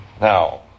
Now